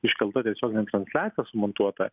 iškelta tiesioginė transliacija sumontuota